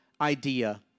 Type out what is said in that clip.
idea